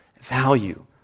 value